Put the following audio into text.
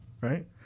right